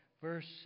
verse